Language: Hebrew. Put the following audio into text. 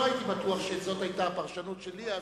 אני לא הייתי בטוח שזאת היתה הפרשנות שלי אז,